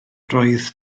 roedd